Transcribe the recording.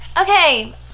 Okay